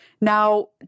Now